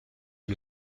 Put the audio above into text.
est